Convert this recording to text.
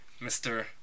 Mr